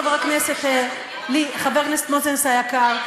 חבר הכנסת מוזס היקר.